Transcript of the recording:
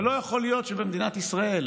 ולא יכול להיות שבמדינת ישראל